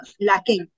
lacking